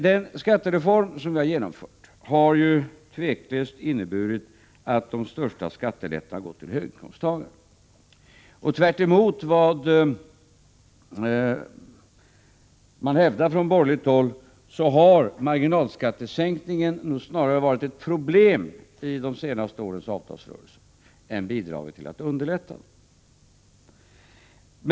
Den skattereform som vi har genomfört har ju tveklöst inneburit att de största skattelättnaderna har gått till höginkomsttagarna. Tvärtemot vad man hävdar från borgerligt håll har marginalskattesänkningen snarare varit ett problem i de senaste årens avtalsrörelser än bidragit till att underlätta dem.